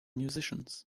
musicians